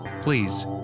Please